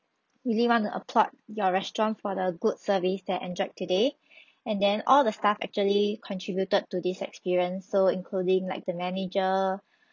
really want to applaud your restaurant for the good service that I enjoyed today and then all the staff actually contributed to this experience so including like the manager